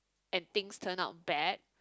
and things turn out bad